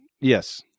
Yes